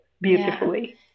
beautifully